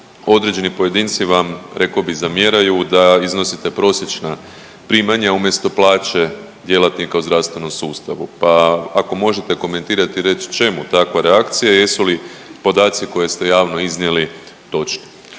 određeni pojedinci vam rekao bi zamjeraju da iznosite prosječna primanja umjesto plaće djelatnika u zdravstvenom sustavu, pa ako možete komentirati i reć čemu takva reakcija i jesu li podaci koje ste javno iznijeli točni?